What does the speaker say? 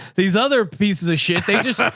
these other pieces of shit, they just,